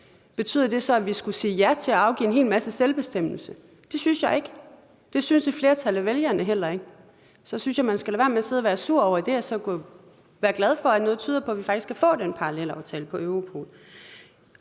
synes, at Danmark skal sige ja til at afgive en hel masse selvbestemmelse? Det synes jeg ikke, og det synes et flertal af vælgerne heller ikke. Så jeg synes, man skal lade være med at sidde og være sur over det og så være glad for, at noget tyder på, at vi faktisk kan få den parallelaftale i forhold